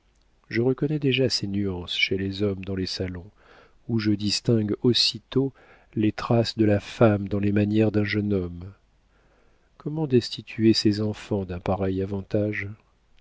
je reconnais déjà ces nuances chez les hommes dans les salons où je distingue aussitôt les traces de la femme dans les manières d'un jeune homme comment destituer ses enfants d'un pareil avantage